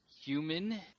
human